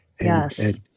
Yes